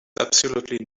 absolutely